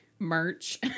merch